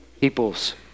peoples